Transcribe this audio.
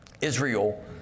Israel